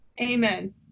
Amen